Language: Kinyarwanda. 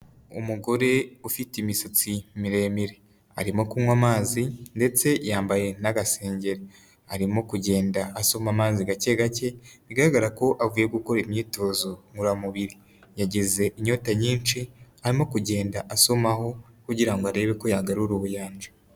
Umugore ufite imisatsi miremire, arimo kunywa amazi, ndetse yambaye n'agasengeri, arimo kugenda asoma amazi gake gake, bigaragara ko avuye gukora imyitozo ngororamubiri, yagize inyota nyinshi, arimo kugenda asomaho, kugira ngo arebe ko yagarura ubuyanja.